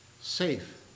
Safe